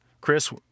Chris